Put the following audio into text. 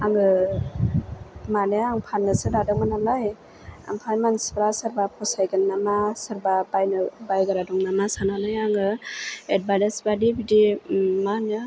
आङो मानि आङो फाननोसो दादोंमोन नालाय ओमफ्राय मानसिफ्रा सोरबा फसायगोन नामा सोरबा बायनो बायग्रा दं नामा साननानै आङो एडबादेसबादि बिदि मा होनो